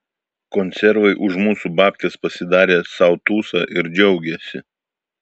konservai už mūsų babkes pasidarė sau tūsą ir džiaugiasi